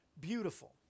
Beautiful